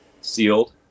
sealed